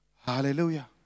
Hallelujah